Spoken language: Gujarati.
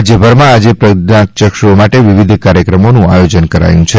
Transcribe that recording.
રાજ્યભરમાં આજે પ્રજ્ઞયક્ષ્ણઓ માટે વિવિધ કાર્યક્રમોનું આયોજન કરાયું છે